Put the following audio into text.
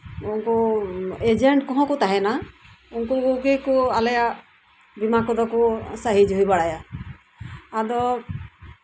ᱩᱱᱠᱩ ᱮᱡᱮᱱᱰ ᱠᱚᱦᱚᱸ ᱠᱚ ᱛᱟᱦᱮᱸᱱᱟ ᱩᱱᱠᱩ ᱠᱚᱜᱮ ᱠᱚ ᱟᱞᱮᱭᱟᱜ ᱵᱤᱢᱟᱹ ᱠᱚᱫᱚ ᱠᱚ ᱥᱟᱦᱤᱼᱡᱩᱦᱤ ᱵᱟᱲᱟᱭᱟ ᱟᱫᱚ